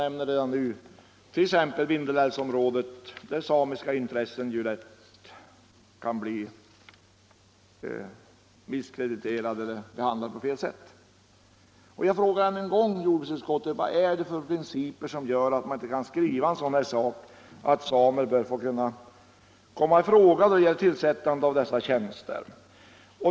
Även i Vindelälvsområdet kan samiska intressen bli misskrediterade vid denna behandling. Jag frågar än en gång jordbruksutskottet: Vad är det för principer som gör att man inte kan skriva att samer bör komma i fråga då det gäller tillsättande av dessa tjänster?